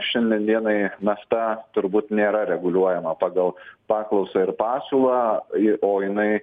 šiandien dienai nafta turbūt nėra reguliuojama pagal paklausą ir pasiūlą ji o jinai